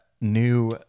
new